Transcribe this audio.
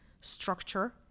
structure